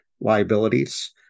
liabilities